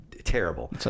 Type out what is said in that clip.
terrible